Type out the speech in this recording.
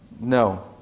no